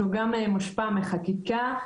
שמושפע מחקיקה,